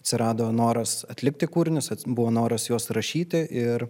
atsirado noras atlikti kūrinius buvo noras juos rašyti ir